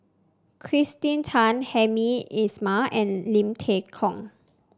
Kirsten Tan Hamed Ismail and Lim Tay Kong